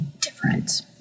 different